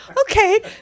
okay